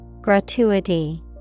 Gratuity